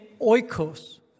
oikos